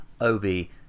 Obi